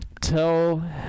Tell